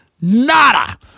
Nada